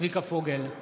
צביקה פוגל,